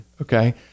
okay